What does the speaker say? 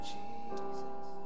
Jesus